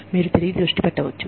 మీరు తిరిగి దృష్టి పెట్టవచ్చు